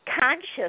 conscious